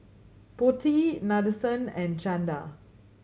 Potti Nadesan and Chanda